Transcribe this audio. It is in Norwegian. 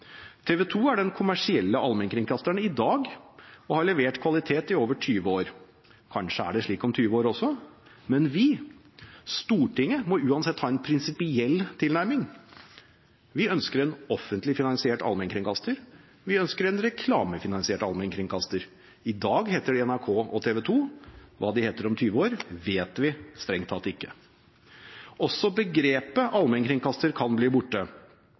er den kommersielle allmennkringkasteren i dag og har levert kvalitet i over 20 år – kanskje er det slik om 20 år også. Men vi, Stortinget, må uansett ha en prinsipiell tilnærming. Vi ønsker en offentlig finansiert allmennkringkaster, vi ønsker en reklamefinansiert allmennkringkaster. I dag heter de NRK og TV 2 – hva de heter om 20 år, vet vi strengt tatt ikke. Også begrepet «allmennkringkaster» kan bli borte.